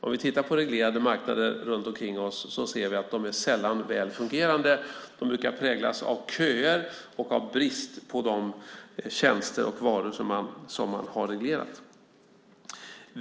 Om vi tittar på reglerade marknader runt omkring oss ser vi att de sällan är väl fungerande. De brukar präglas av köer och av brist på de tjänster och varor som man har reglerat.